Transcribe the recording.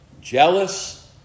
jealous